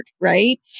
right